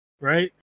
right